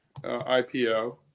IPO